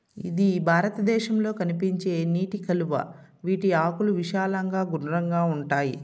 ఇది భారతదేశంలో కనిపించే నీటి కలువ, వీటి ఆకులు విశాలంగా గుండ్రంగా ఉంటాయి